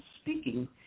speaking